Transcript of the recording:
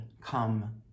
come